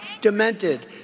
demented